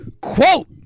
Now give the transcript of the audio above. Quote